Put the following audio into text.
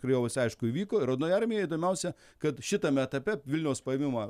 krajovos aišku įvyko ir raudonoji armija įdomiausia kad šitame etape vilniaus paėmimo